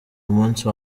umunsi